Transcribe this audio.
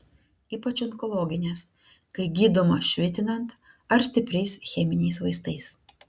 ypač onkologinės kai gydoma švitinant ar stipriais cheminiais vaistais